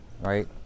right